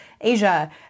Asia